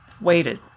waited